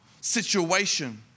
situation